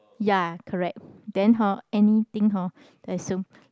ya correct then hor anything hor